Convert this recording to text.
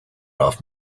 off